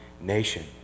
nation